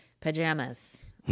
Pajamas